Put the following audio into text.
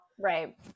Right